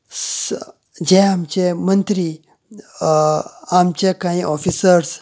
स जे आमचे मंत्री आमचे काही ऑफीसर्स